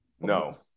No